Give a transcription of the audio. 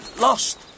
lost